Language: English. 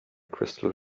crystal